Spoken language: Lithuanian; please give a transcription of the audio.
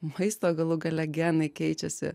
maisto galų gale genai keičiasi